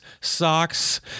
socks